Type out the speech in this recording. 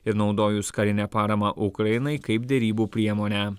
ir naudojus karinę paramą ukrainai kaip derybų priemonę